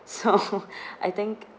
so I think